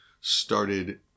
started